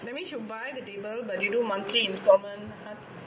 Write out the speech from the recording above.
that means you buy the table but you do monthly installment right